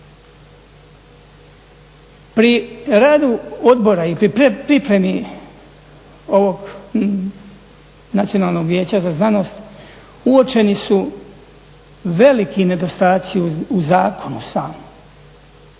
Pri radu odbora i pri pripremi ovog Nacionalnog vijeća za znanost uočeni su veliki nedostaci u zakonu samom.